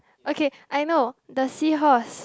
okay I know the seahorse